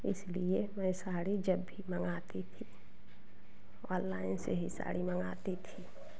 इसलिए मैं साड़ी जब भी मांगाती थी ऑललाइन से ही साड़ी मंगाती थी